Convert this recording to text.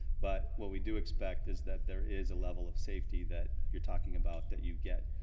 but what we do expect is that there is a level of safety that you are talking about that you get.